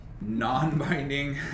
non-binding